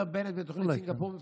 אומר בנט בתוכנית סינגפור,